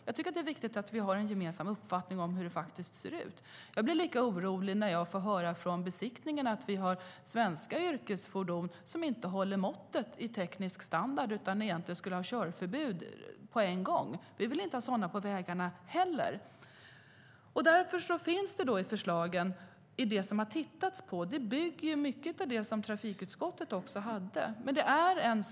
Jag tycker att det är viktigt att vi har en gemensam uppfattning om hur det ser ut. Jag blir lika orolig när jag får höra från besiktningen att vi har svenska yrkesfordon som inte håller måttet när det gäller teknisk standard utan som egentligen skulle få körförbud på en gång. Vi vill inte ha sådana på vägarna heller. Därför har man i förslagen tittat på mycket av det som trafikutskottet hade. Det hela bygger mycket på det.